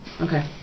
Okay